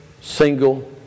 single